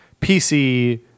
PC